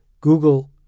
Google